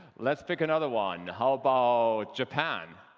let's pick another one. how about japan?